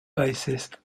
bassist